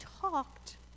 talked